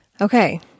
Okay